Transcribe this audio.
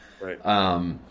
Right